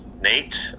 Nate